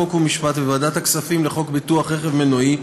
חוק ומשפט וועדת הכספים לחוק ביטוח רכב מנועי,